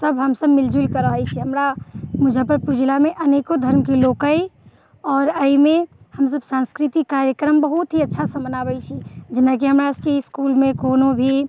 सभ हमसभ मिल जुलि कऽ रहै छी हमरा मुजफ्फरपुर जिलामे अनेको धर्म के लोक अछि आओर एहिमे हमसभ सांस्कृतिक कार्यक्रम बहुत ही अच्छासँ मनाबै छी जेनाकि हमरा सभके इसकूलमे कोनो भी